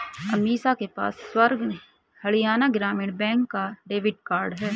अमीषा के पास सर्व हरियाणा ग्रामीण बैंक का डेबिट कार्ड है